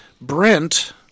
Brent